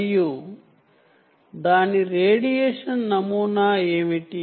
మరియు దాని రేడియేషన్ నమూనా ఏమిటి